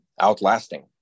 outlasting